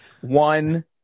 One